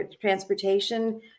transportation